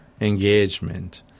engagement